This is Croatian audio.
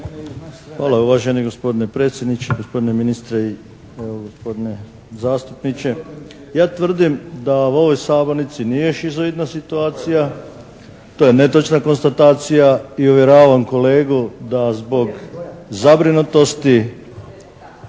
Hvala uvaženi gospodine predsjedniče, gospodine ministre i gospodine zastupniče. Ja tvrdim da u ovoj sabornici nije šizoidna situacija, to je netočna konstatacija i uvjeravam kolegu da zbog zabrinutosti